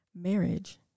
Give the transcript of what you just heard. Marriage